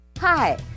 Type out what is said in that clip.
Hi